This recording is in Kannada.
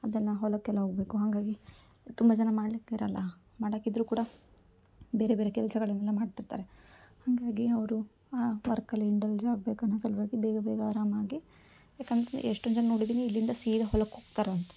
ಅದೆಲ್ಲ ಹೊಲಕ್ಕೆಲ್ಲ ಹೋಗಬೇಕು ಹಾಗಾಗಿ ತುಂಬ ಜನ ಮಾಡಲಿಕ್ಕಿರಲ್ಲ ಮಾಡಕ್ಕಿದ್ದರೂ ಕೂಡ ಬೇರೆ ಬೇರೆ ಕೆಲಸಗಳನ್ನೆಲ್ಲ ಮಾಡ್ತಿರ್ತಾರೆ ಹಾಗಾಗಿ ಅವರು ಆ ವರ್ಕಲ್ಲಿ ಇಂಡಲ್ಜ್ ಆಗಬೇಕನ್ನೋ ಸಲುವಾಗಿ ಬೇಗ ಬೇಗ ಅರಾಮಾಗಿ ಏಕಂತಂದ್ರೆ ಎಷ್ಟೊಂದು ಜನ ನೋಡಿದ್ದೀನಿ ಇಲ್ಲಿಂದ ಸೀದಾ ಹೊಲಕ್ಕೆ ಹೋಗ್ತಾರಂತೆ